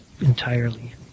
entirely